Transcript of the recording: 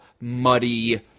muddy